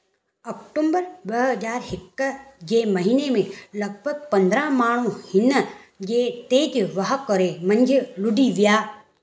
अक्टूबर ॿ हज़ार हिकु जे महीने में लॻभॻि पंद्रहं माण्हू हिन जे तेज़ु वाहकरे मञ लुॾी विया